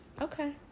okay